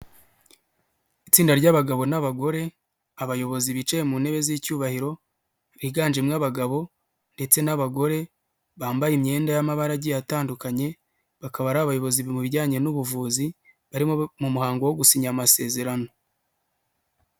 Itsinda ry'abagabo n'abagore, abayobozi bicaye mu ntebe z'icyubahiro, biganjemo abagabo ndetse n'abagore, bambaye imyenda y'amabara agiye atandukanye, bakaba ari abayobozi mu bijyanye n'ubuvuzi, bari mu muhango wo gusinya amasezerano.